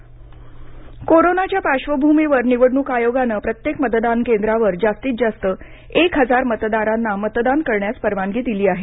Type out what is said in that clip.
निवडणक आयोग कोरोनाच्या पार्श्वभूमीवर निवडणूक आयोगानं प्रत्येक मतदान केंद्रावर जास्तीत जास्त एक हजार मतदारांना मतदान करण्याची परवानगी दिली आहे